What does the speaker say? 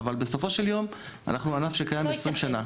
אבל בסופו של יום, אנחנו ענף שקיים 20 שנה.